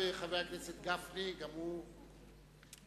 חבר הכנסת גפני, בבקשה.